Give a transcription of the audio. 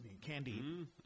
Candy